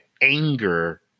anger